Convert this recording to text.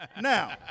Now